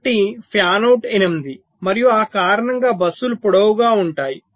కాబట్టి fan out 8 మరియు ఆ కారణంగా బస్సులు పొడవుగా ఉంటాయి